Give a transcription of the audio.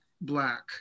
black